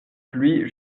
pluie